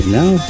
now